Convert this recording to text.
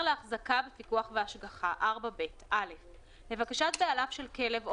להחזקה בפיקוח והשגחה 4ב. (א)לבקשת בעליו של כלב או